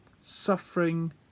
suffering